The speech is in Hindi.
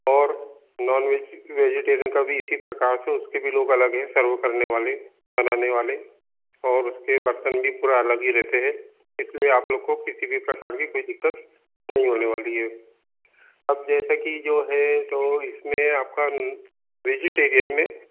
और नॉनवेज वेजिटेरियन का भी इसी प्रकार से उसके भी लोग अलग हैं सर्व करने वाले बनाने वाले और उसके बर्तन भी पूरा अलग ही रहते हैं इस लिए आप लोग को किसी भी प्रकार की कोई दिक्कत नहीं होने वाली है अब जैसे की जो है जो इसमें आपका वेजिटेरियन में